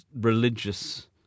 religious